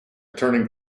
turning